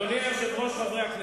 אדוני היושב-ראש, חברי הכנסת,